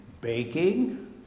baking